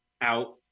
out